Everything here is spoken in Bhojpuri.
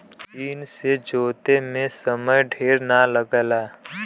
मसीन से जोते में समय ढेर ना लगला